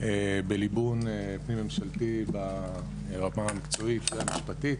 בליבון פנים ממשלתי, ברמה המקצועית והמשפטית.